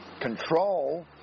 control